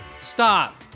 stop